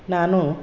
ನಾನು